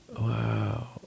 Wow